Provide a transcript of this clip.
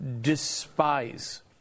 despise